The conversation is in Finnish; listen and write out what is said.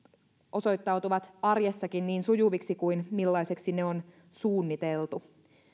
osoittautuvat arjessakin niin sujuviksi kuin millaiseksi ne on suunniteltu